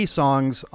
songs